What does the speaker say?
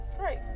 Right